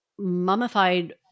Mummified